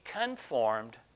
conformed